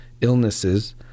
illnesses